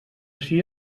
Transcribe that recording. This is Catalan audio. ací